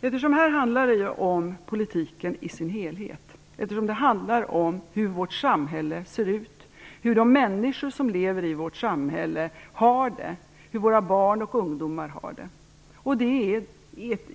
Det handlar här om politiken i dess helhet, om hur vårt samhälle ser ut, om hur de människor som lever i vårt samhälle och våra barn och ungdomar har det. Det är